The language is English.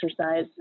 exercise